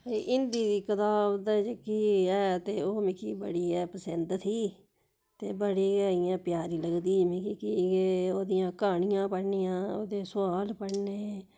हिंदी दी कताब तां जेह्की ऐ ते ओह् मिगी बड़ी ऐ पसंद थी ते बड़ी गै इ'यां प्यारी लगदी मिगी कि ओह्दियां क्हानियां पढ़नियां ओह्दे सुआल पढ़ने